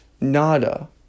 Nada